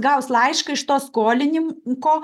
gaus laišką iš to skolininko